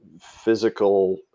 physical